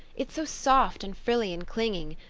it's so soft and frilly and clinging.